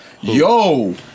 Yo